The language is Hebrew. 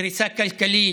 וקריסה כלכלית,